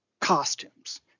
costumes